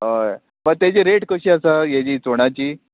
हय पळय तेजी रेट कशी आसा हेजी इचोणाची